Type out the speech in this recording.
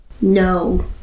No